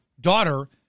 daughter